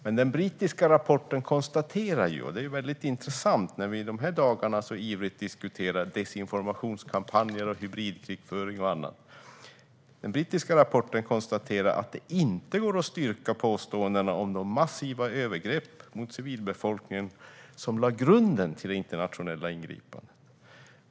Men den brittiska rapporten konstaterar - det här är mycket intressant när vi i dessa dagar ivrigt diskuterar desinformationskampanjer, hybridkrigföring och annat - att det inte går att styrka påståendena om de massiva övergrepp mot civilbefolkningen som lade grunden för det internationella ingripandet.